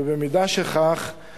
ובמידה שכך יהיה,